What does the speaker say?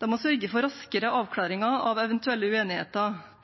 sørge for raskere avklaringer av eventuelle uenigheter,